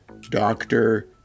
doctor